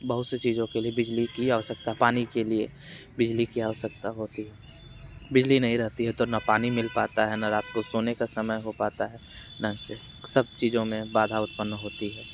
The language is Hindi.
बहुत से चीज़ों के लिए बिजली की आवश्यकता पानी के लिए बिजली की आवश्यकता होती है बिजली नहीं रहती है तो न पानी मिल पाता है न रात को सोने का समय हो पाता है ढंग से सब चीज़ों में बाधा उत्पन्न होती है